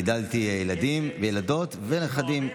גידלתי ילדים וילדות ונכדים.